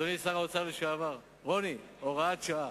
אדוני שר האוצר לשעבר, רוני, הוראת שעה.